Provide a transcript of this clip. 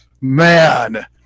Man